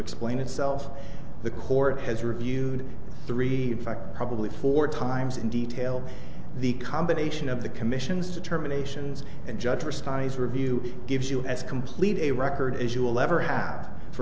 explain itself the court has reviewed three fact probably four times in detail the combination of the commission's determinations and judge for size review gives you as complete a record as you will ever have for